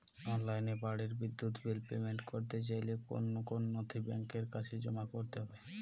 অনলাইনে বাড়ির বিদ্যুৎ বিল পেমেন্ট করতে চাইলে কোন কোন নথি ব্যাংকের কাছে জমা করতে হবে?